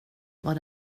vad